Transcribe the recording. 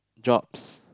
jobs